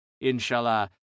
Inshallah